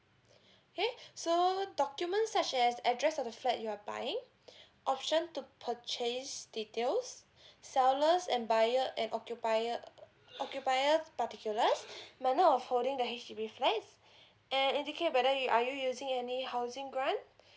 okay so documents such as address of the flat you're buying option to purchase details sellers and buyer and occupier occupier particulars manner of holding the H_D_B flats and indicate whether you are you using any housing grant